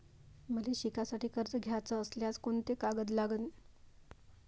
मले शिकासाठी कर्ज घ्याचं असल्यास कोंते कागद लागन?